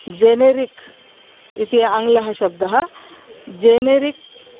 generic इति आङ्ग्लः शब्दः जेनरिक्